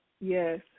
Yes